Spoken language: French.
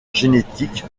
génétique